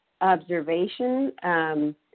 observation